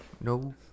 no